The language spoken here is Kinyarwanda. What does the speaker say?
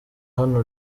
hano